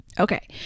Okay